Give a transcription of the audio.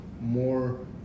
more